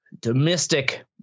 Domestic